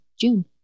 June